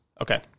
Okay